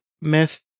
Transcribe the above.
myth